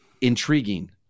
intriguing